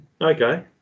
Okay